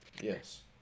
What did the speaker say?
Yes